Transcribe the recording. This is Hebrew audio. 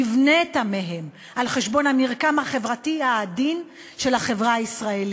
נבנית מהם על חשבון המרקם החברתי העדין של החברה הישראלית.